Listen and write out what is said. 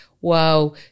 wow